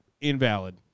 Invalid